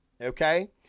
okay